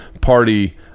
party